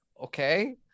okay